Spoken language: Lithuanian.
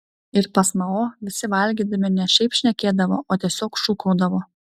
ir pas mao visi valgydami ne šiaip šnekėdavo o tiesiog šūkaudavo